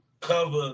cover